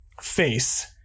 face